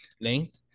Length